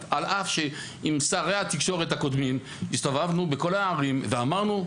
על אף שעם שרי התקשורת הקודמים הסתובבנו בכל הערים ואמרנו,